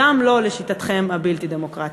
גם לא לשיטתכם הבלתי-דמוקרטית.